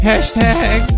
Hashtag